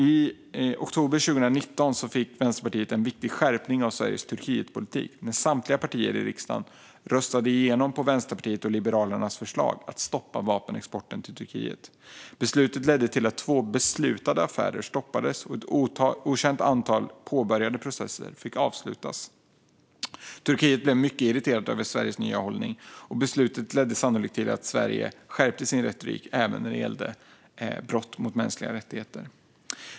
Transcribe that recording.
I oktober 2019 fick Vänsterpartiet en viktig skärpning av Sveriges Turkietpolitik, när samtliga partier i riksdagen på Vänsterpartiets och Liberalernas förslag röstade igenom ett stopp av vapenexporten till Turkiet. Beslutet ledde till att två beslutade affärer stoppades och att ett okänt antal påbörjade processer fick avslutas. Turkiet blev mycket irriterat över Sveriges nya hållning, och beslutet ledde sannolikt till att Sverige skärpte sin retorik även när det gällde brott mot mänskliga rättigheter.